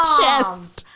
chest